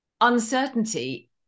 uncertainty